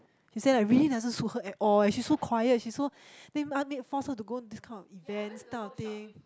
she said like really doesn't suit her at all eh she so quiet she so then make me force her to go this kind of event this type of thing